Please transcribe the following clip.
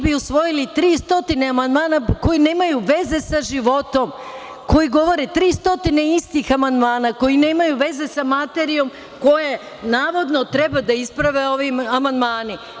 bi usvojili 300 amandmana koji nemaju veze sa životom, koji govore 300 istih amandmana, koji nemaju veze sa materijom koju navodno treba isprave ovi amandmani.